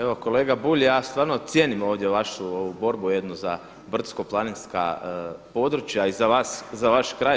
Evo kolega Bulj, ja stvarno cijenim ovdje vašu ovu borbu jednu za brdsko-planinska područja i za vaš kraj.